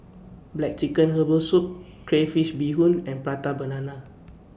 Black Chicken Herbal Soup Crayfish Beehoon and Prata Banana